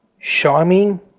Charming